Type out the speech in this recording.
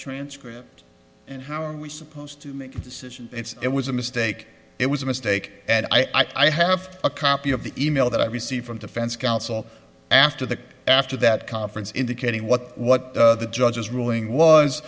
transcript and how are we supposed to make a decision it's it was a mistake it was a mistake and i have a copy of the e mail that i received from defense counsel after the after that conference indicating what what the judge's ruling wa